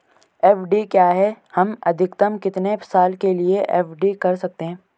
FD क्या है हम अधिकतम कितने साल के लिए एफ.डी कर सकते हैं?